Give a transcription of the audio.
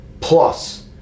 plus